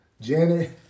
Janet